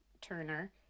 Turner